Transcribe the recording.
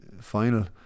final